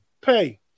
Pay